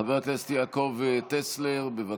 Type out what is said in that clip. חבר הכנסת יעקב טסלר, בבקשה.